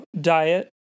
diet